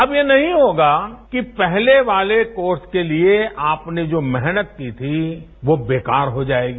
अब ये नहीं होगा कि पहले वाले कोर्स के लिए आपने जो मेहनत की थी वो बेकार हो जायेगी